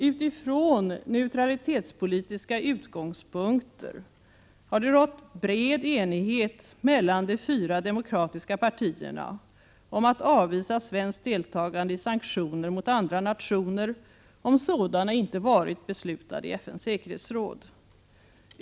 Utifrån neutralitetspolitiska utgångspunkter har det rått bred enighet mellan de fyra demokratiska partierna om att avvisa svenskt deltagande i sanktioner mot andra nationer, om sådana inte varit beslutade i FN:s säkerhetsråd.